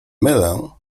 mylę